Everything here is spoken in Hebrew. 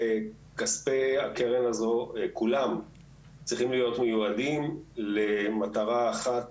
כספי הקרן הזו כולם צריכים להיות מיועדים למטרה אחת